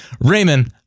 Raymond